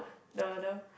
the the